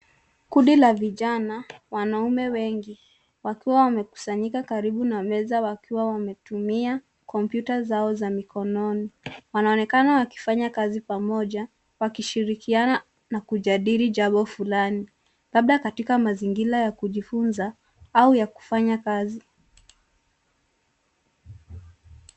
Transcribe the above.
Kundi la vijana, wanaume wengi wakiwa wamekusanyika karibu na meza wakiwa wanatumia kompyuta zao za mikononi. Waanaonekana wakifanya kazi pamoja, wakishirikiana na kujadili jambo fulani, labda katika mazingira ya kujifunza au ya kufanya kazi.